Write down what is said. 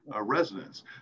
residents